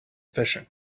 fishing